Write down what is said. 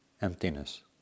Emptiness